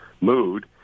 mood